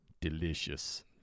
Delicious